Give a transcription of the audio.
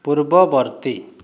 ପୂର୍ବବର୍ତ୍ତୀ